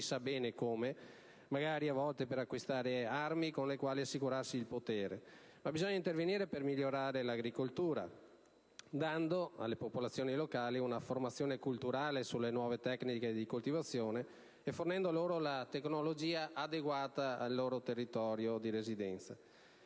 sa bene come, magari per acquistare armi con le quali assicurarsi il potere, ma operando per migliorare l'agricoltura, dando alle popolazioni locali una formazione culturale sulle nuove tecniche di coltivazione e fornendo loro la tecnologia adeguata al loro territorio di residenza.